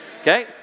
Okay